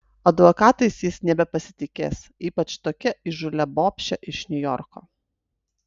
advokatais jis nebepasitikės ypač tokia įžūlia bobše iš niujorko